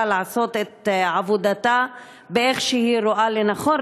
לעשות את עבודתה כמו שהיא רואה לנכון,